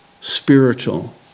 spiritual